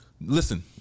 Listen